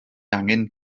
angen